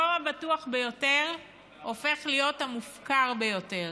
המקום הבטוח ביותר הופך להיות המופקר ביותר.